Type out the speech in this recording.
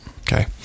okay